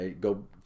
go